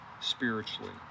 spiritually